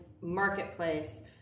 marketplace